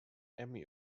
emmy